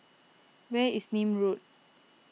where is Nim Road